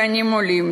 למען מדענים עולים,